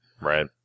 right